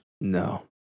No